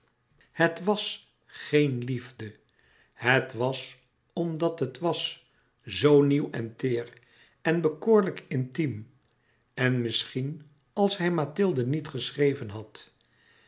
het wàs geen liefde het was omdat het was zoo nieuw en teêr en bekoorlijk intiem en misschien als hij mathilde niet geschreven had